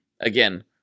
again